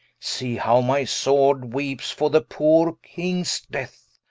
see how my sword weepes for the poore kings death.